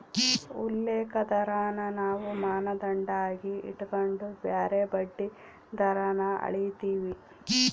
ಉಲ್ಲೇಖ ದರಾನ ನಾವು ಮಾನದಂಡ ಆಗಿ ಇಟಗಂಡು ಬ್ಯಾರೆ ಬಡ್ಡಿ ದರಾನ ಅಳೀತೀವಿ